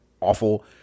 awful